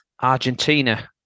Argentina